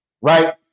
right